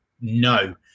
no